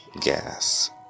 gas